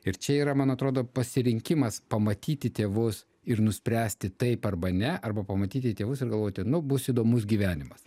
ir čia yra man atrodo pasirinkimas pamatyti tėvus ir nuspręsti taip arba ne arba pamatyti tėvus ir galvoti nu bus įdomus gyvenimas